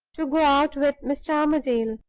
to go out with mr. armadale.